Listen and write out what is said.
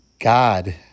God